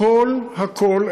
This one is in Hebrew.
הכול הכול,